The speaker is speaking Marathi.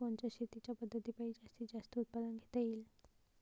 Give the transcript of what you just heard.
कोनच्या शेतीच्या पद्धतीपायी जास्तीत जास्त उत्पादन घेता येईल?